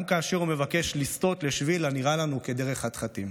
גם כאשר הוא מבקש לסטות לשביל הנראה לנו כדרך חתחתים.